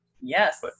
Yes